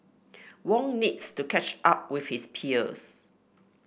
wong needs to catch up with his peers